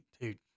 dude